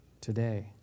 today